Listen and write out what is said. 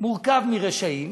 מורכב מרשעים